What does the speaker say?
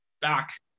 back